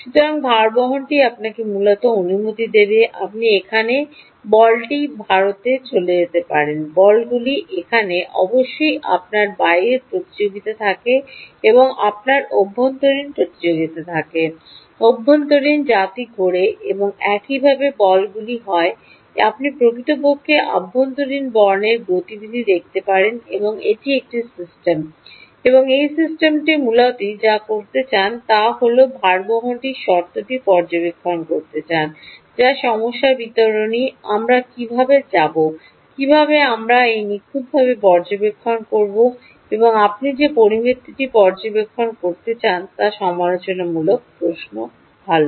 সুতরাং ভারবহনটি আপনাকে মূলত অনুমতি দেবে আপনি এখানে বলটি ভারতে চলে যেতে পারেন বলগুলি এখানে অবশ্যই আপনার বাইরের প্রতিযোগিতা থাকে এবং আপনার অভ্যন্তরীণ প্রতিযোগিতা থাকে অভ্যন্তরীণ জাতি ঘোরে এবং একইভাবে বলগুলি হয় আপনি প্রকৃতপক্ষে অভ্যন্তরীণ বর্ণের গতিবিধি দেখতে পারবেন এবং এটি একটি সিস্টেম এবং এই সিস্টেমটি মূলত আপনি যা করতে চান এই বল ভারবহনটির শর্তটি পর্যবেক্ষণ করতে চান যা সমস্যা বিবরণী আমরা কীভাবে যাব কীভাবে আমরা এটি নিখুঁতভাবে পর্যবেক্ষণ করব এবং আপনি যে পরামিতিটি পর্যবেক্ষণ করতে চান তা সমালোচনামূলক প্রশ্ন ভাল